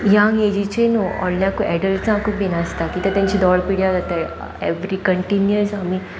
young एजीचे न्हू व्हडल्याक एडल्टसांकूय बीन आसता कि कित्या तेंची दोळ पिड्यार जाता एवरी कंटिन्युयस आमी